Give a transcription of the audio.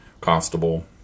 constable